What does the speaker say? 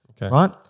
right